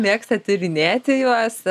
mėgsta tyrinėti juos